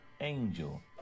angel